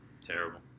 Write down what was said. Terrible